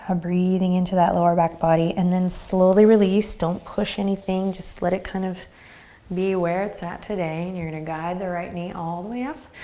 ah breathing into that lower back body and then slowly release don't push anything. just let it kind of be where it's at today. and you're gonna guide the right knee all the way up.